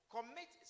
Commit